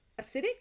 acidic